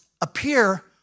appear